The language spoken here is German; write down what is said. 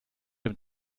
dem